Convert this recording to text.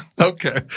Okay